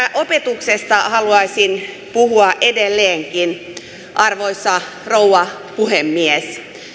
opetuksesta haluaisin puhua edelleenkin arvoisa rouva puhemies